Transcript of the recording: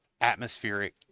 atmospheric